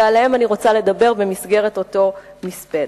ועליהם אני רוצה לדבר במסגרת אותו מספד.